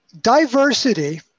Diversity